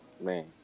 Man